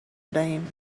دهیم